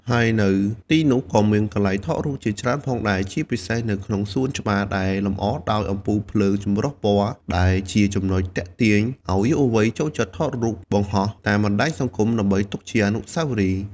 ហើយនៅទីនោះក៏មានកន្លែងថតរូបជាច្រើនផងដែរ ជាពិសេសនៅក្នុងសួនច្បារដែលលម្អដោយអំពូលភ្លើងចម្រុះពណ៌ ដែលជាចំណុចទាក់ទាញឱ្យយុវវ័យចូលចិត្តថតរូបបង្ហោះតាមបណ្ដាញសង្គមដើម្បីទុកជាអនុស្សាវរីយ៍។